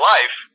Life